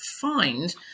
find